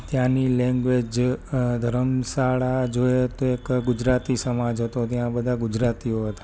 ત્યાંની લેંગ્વેજ ધર્મશાળા જોઈએ તો એક ગુજરાતી સમાજ હતો ત્યાં બધા ગુજરાતીઓ હતા